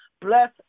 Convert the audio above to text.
bless